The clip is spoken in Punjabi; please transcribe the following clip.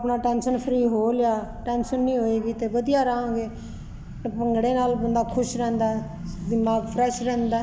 ਆਪਣਾ ਟੈਂਸ਼ਨ ਫਰੀ ਹੋ ਲਿਆ ਟੈਂਸ਼ਨ ਨਹੀਂ ਹੋਏਗੀ ਤੇ ਵਧੀਆ ਰਹਾਂਗੇ ਭੰਗੜੇ ਨਾਲ ਬੰਦਾ ਖੁਸ਼ ਰਹਿੰਦਾ ਤੇ ਨਾਲ ਫਰੈਸ਼ ਰਹਿੰਦਾ